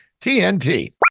TNT